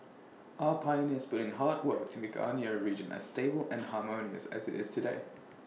our pioneers put in hard work to make our nearer region as stable and harmonious as IT is today